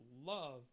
love